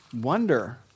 wonder